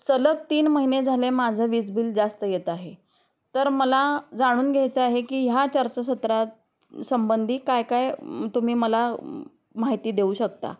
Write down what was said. सलग तीन महिने झाले माझं वीज बिल जास्त येत आहे तर मला जाणून घ्यायचं आहे की ह्या चर्चासत्रात संबंधी काय काय तुम्ही मला माहिती देऊ शकता